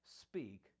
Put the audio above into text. speak